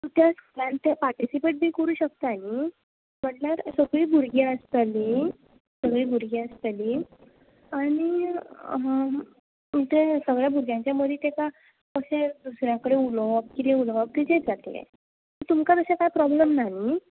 ते स्कुलांत तें पार्टिसीपेट बी करूंक शकता न्ही म्हणल्यार सगळीं भुरगीं आसतलीं सगळीं भुरगीं आसतली आनी तें सगळ्या भुरग्यांच्या मदी तेका कशें दुसऱ्यां कडेन उलोवप कितें उलोवप जातलें तुमकां तशें कांय प्रॉब्लम ना न्ही